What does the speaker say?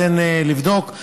תן לבדוק,